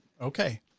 Okay